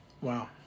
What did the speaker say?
Wow